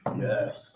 Yes